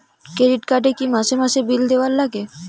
Credit card এ কি মাসে মাসে বিল দেওয়ার লাগে?